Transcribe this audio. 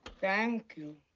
thank you.